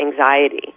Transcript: anxiety